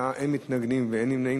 בעד, 8, אין מתנגדים ואין נמנעים.